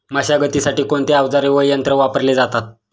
मशागतीसाठी कोणते अवजारे व यंत्र वापरले जातात?